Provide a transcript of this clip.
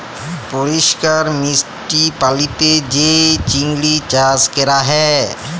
পরিষ্কার মিষ্টি পালিতে যে চিংড়ি চাস ক্যরা হ্যয়